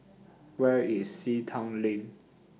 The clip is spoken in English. Where IS Sea Town Lane